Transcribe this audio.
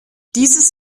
dieses